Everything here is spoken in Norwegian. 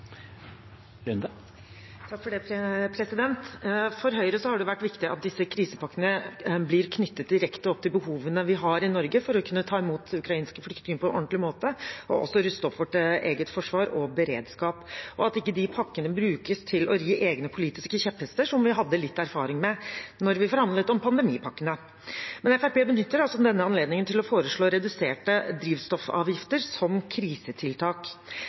vært viktig at disse krisepakkene blir knyttet direkte opp mot behovene vi har i Norge, for å kunne ta imot ukrainske flyktninger på en ordentlig måte og også for å ruste opp vårt eget forsvar og vår beredskap, og at pakkene ikke brukes til å ri egne politiske kjepphester, som vi hadde litt erfaring med da vi forhandlet om pandemipakkene. Fremskrittspartiet benytter altså denne anledningen til å foreslå reduserte drivstoffavgifter som krisetiltak.